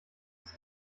ist